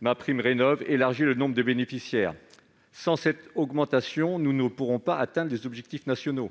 MaPrimeRénov'élargit le nombre de bénéficiaires. Sans cette augmentation, nous ne pourrons pas atteindre les objectifs nationaux.